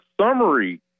summary